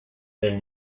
del